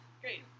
great